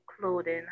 clothing